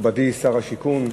מכובדי שר השיכון,